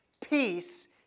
peace